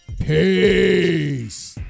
Peace